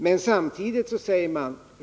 —, dels säger: Rör inte varven!